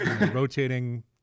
rotating